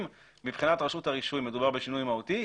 אם מבחינת רשות הרישוי מדובר בשינוי מהותי,